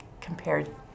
compared